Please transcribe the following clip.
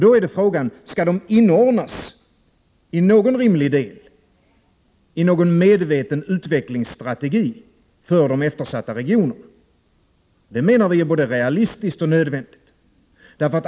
Då är frågan: Skall de inordnas i någon rimlig del, i någon medveten utvecklingsstrategi för de eftersatta regionerna? Vi anser att det är både realistiskt och nödvändigt.